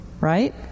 Right